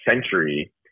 century